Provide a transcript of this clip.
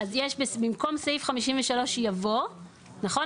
100%. אז יש "במקום סעיף 53 יבוא ", נכון?